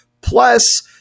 Plus